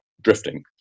drifting